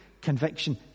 conviction